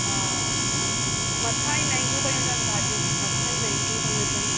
हा मथां ई महांगियूं पई अचनि भाॼियूं मथां ई महांगियूं पई अचनि